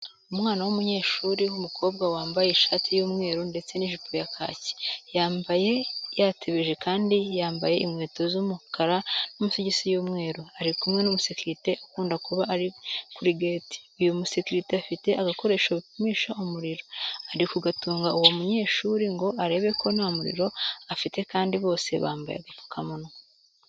Umwana w'umunyeshuri w'umukobwa wambaye ishati y'umweru ndetse n'ijipo ya kaki, yambaye yatebeje kandi yambaye inkweto z'umukara n'amasogisi y'umweru, ari kumwe n'umusekirite ukunda kuba uri kuri gate. Uyu musekirite afite agakoresho bapimisha umuriro, ari kugatunga uwo munyeshuri ngo arebe ko nta muriro afite kandi bose bambaye udupfukamunwa.